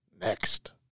next